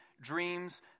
dreams